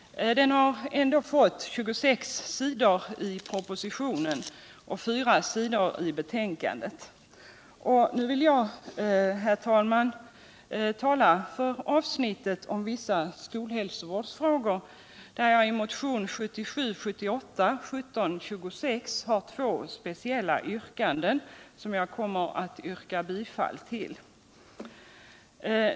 Den har ändå fått 26 sidor i propositionen och 4 sidor i betänkandet. Jag vill här tala för avsnittet vissa skolhälsovårdsfrågor, där jag i motionen 1977/78:1726 har två speciella förslag, vilka jag kommer att yrka bifall ull.